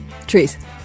trees